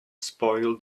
spoil